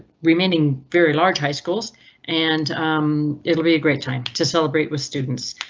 remaining very large high schools and um it'll be a great time to celebrate with students.